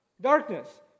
Darkness